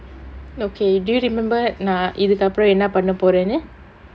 okay do you remember நா இதுக்கு அப்புறம் என்ன பண்ணப்போரனு:naa ithukku appuram enna pannapporanu